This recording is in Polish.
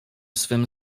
swym